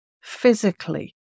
physically